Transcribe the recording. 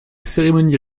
cérémonies